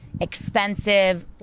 expensive